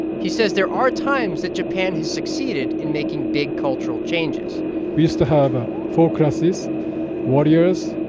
he says there are times that japan has succeeded in making big cultural changes we used to have ah four classes warriors,